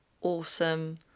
awesome